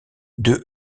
deux